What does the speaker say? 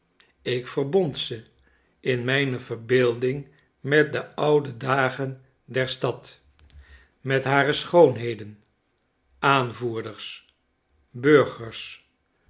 ik verbond ze in mijne verbeelding met de oude dagen der stad met hare schoonheden aanvoerders burgers